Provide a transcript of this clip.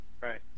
Right